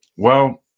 well,